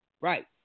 Right